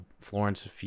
florence